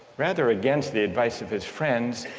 rather against the advice of his friends.